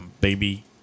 baby